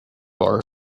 bar